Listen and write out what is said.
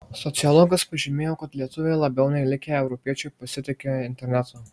sociologas pažymėjo kad lietuviai labiau nei likę europiečiai pasitiki internetu